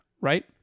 Right